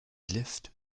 lift